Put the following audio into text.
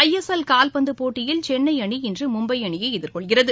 ISL காவ்பந்து போட்டியில் சென்னை அணி இன்று மும்பை அணியை எதிர் கொள்கிறது